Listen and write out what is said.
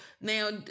now